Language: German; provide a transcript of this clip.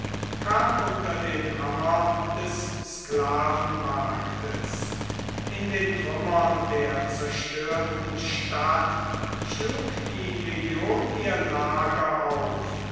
kam unter den hammer des sklavenmarktes in den trümmern der zerstörten stadt schlug die legion ihr lager auf